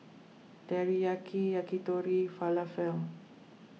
Teriyaki Yakitori and Falafel